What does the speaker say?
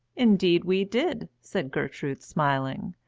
indeed we did, said gertrude, smiling.